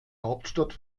hauptstadt